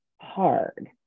hard